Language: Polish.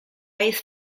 jest